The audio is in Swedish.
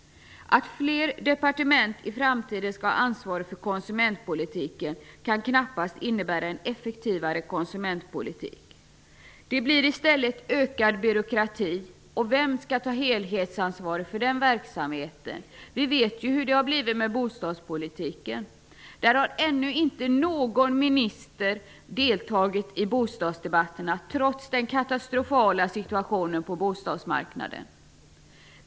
Att fler departement i framtiden skall ha ansvar för konsumentpolitiken kan knappast innebära en effektivare konsumentpolitik. Det blir i stället ökad byråkrati. Vem skall ta helhetsansvar för den verksamheten? Vi vet ju hur det har blivit med bostadspolitiken. Ännu har inte någon minister deltagit i bostadsdebatterna, trots den katastrofala situationen på bostadsmarknaden.